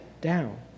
down